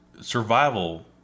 survival